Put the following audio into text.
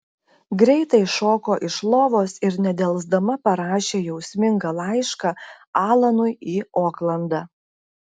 greitai šoko iš lovos ir nedelsdama parašė jausmingą laišką alanui į oklandą